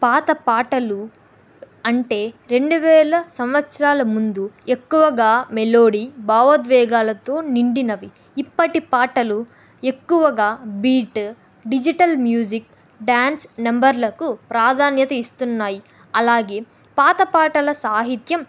పాత పాటలు అంటే రెండు వేల సంవత్సరాల ముందు ఎక్కువగా మెలోడీ భావోద్వేగాలతో నిండినవి ఇప్పటి పాటలు ఎక్కువగా బీటు డిజిటల్ మ్యూజిక్ డ్యాన్స్ నెంబర్లకు ప్రాధాన్యత ఇస్తున్నాయి అలాగే పాత పాటల సాహిత్యం